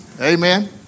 Amen